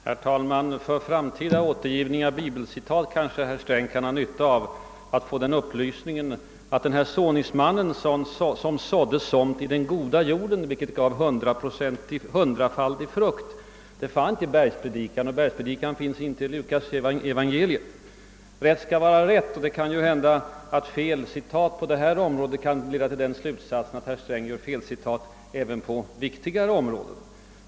Herr talman! För framtida återgivning av bibelcitat kanske herr Sträng kan ha nytta av att få den upplysningen att såningsmannen, som sådde somt i god jord vilket bar hundrafaldig frukt, inte nämnes i Bergspredikan, och att Bergspredikan inte finns i Lukas evangelium. Rätt skall vara rätt, och det felaktiga citatet på detta område kan kanske leda till misstanken att herr Sträng gör felcitat även på andra områden.